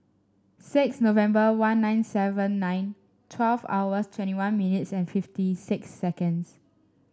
six November one nine seven nine twelve hours twenty one minutes and fifty six seconds